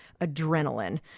adrenaline